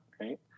right